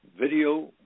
video